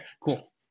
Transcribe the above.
cool